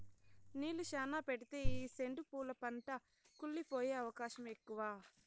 నీళ్ళు శ్యానా పెడితే ఈ సెండు పూల పంట కుళ్లి పోయే అవకాశం ఎక్కువ